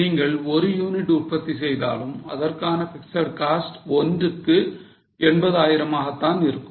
நீங்கள் ஒரு யூனிட் உற்பத்தி செய்தாலும் அதற்கான பிக்ஸட் காஸ்ட் ஒன்றுக்கு 80000 ஆக தான் இருக்கும்